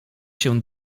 się